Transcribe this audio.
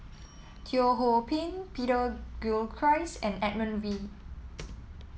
Teo Ho Pin Peter Gilchrist and Edmund Wee